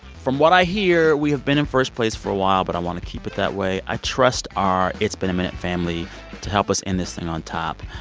from what i hear, we have been in first place for a while, but i want to keep it that way. i trust our it's been a minute family to help us end this thing on top.